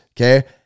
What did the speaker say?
okay